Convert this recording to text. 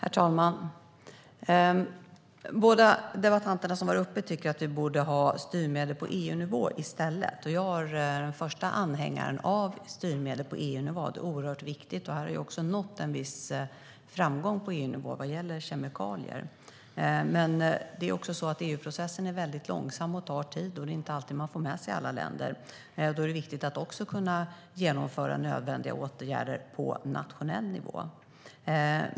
Fru talman! Båda debattörerna tycker att vi i stället borde ha styrmedel på EU-nivå. Jag är en stor anhängare av styrmedel på EU-nivå. Det är viktigt och har också nått viss framgång på EU-nivå vad gäller kemikalier. Men EU-processen är långsam. Den tar tid. Och det är inte alltid man får med sig alla länder. Då är det viktigt att kunna genomföra nödvändiga åtgärder också på nationell nivå.